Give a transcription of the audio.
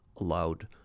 allowed